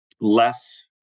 less